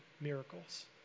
miracles